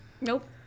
Nope